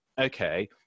okay